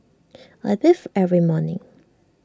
I bathe every morning